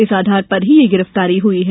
इस आधार पर ही यह गिरफ्तारी हुई है